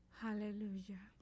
hallelujah